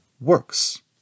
works